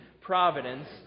providence